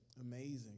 amazing